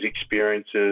experiences